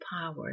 power